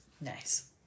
Nice